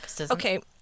okay